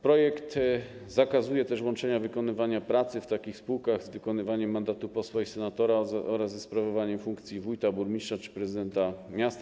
Projekt zakazuje też łączenia wykonywania pracy w takich spółkach z wykonywaniem mandatu posła i senatora oraz ze sprawowaniem funkcji wójta, burmistrza czy prezydenta miasta.